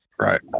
right